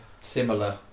similar